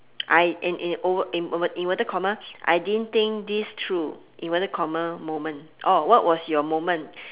I in in o in inverted comma I didn't think this through inverted comma moment oh what was your moment